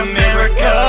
America